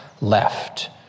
left